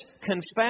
confess